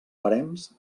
barems